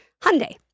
Hyundai